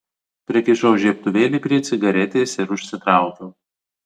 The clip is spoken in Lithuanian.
prikišau žiebtuvėlį prie cigaretės ir užsitraukiau